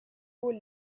haut